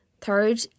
Third